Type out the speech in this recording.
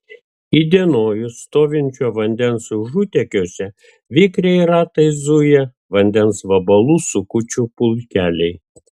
įdienojus stovinčio vandens užutėkiuose vikriai ratais zuja vandens vabalų sukučių pulkeliai